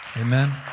Amen